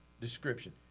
description